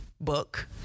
book